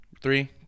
Three